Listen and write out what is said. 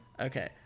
Okay